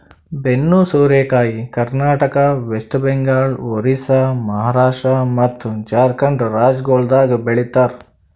ಬೆನ್ನು ಸೋರೆಕಾಯಿ ಕರ್ನಾಟಕ, ವೆಸ್ಟ್ ಬೆಂಗಾಲ್, ಒರಿಸ್ಸಾ, ಮಹಾರಾಷ್ಟ್ರ ಮತ್ತ್ ಜಾರ್ಖಂಡ್ ರಾಜ್ಯಗೊಳ್ದಾಗ್ ಬೆ ಳಿತಾರ್